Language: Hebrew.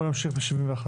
בואו נמשיך ב-71.